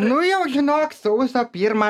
nu jau žinok sausio pirmą